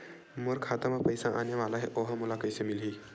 मोर खाता म पईसा आने वाला हे ओहा मोला कइसे मिलही?